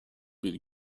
bir